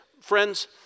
friends